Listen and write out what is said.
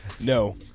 No